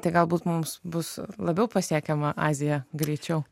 tai galbūt mums bus labiau pasiekiama azija greičiau